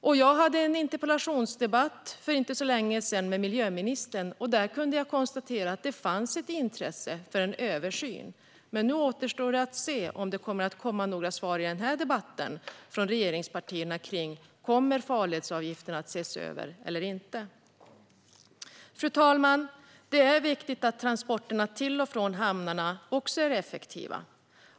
För inte så länge sedan hade jag en interpellationsdebatt med miljöministern och kunde då konstatera att det fanns ett intresse för en översyn. Det återstår att se om det kommer några svar från regeringspartierna i denna debatt om farledsavgifter kommer att ses över eller inte. Fru talman! Det är viktigt att transporterna till och från hamnarna också är effektiva.